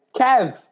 Kev